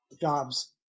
jobs